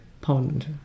pond